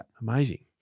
Amazing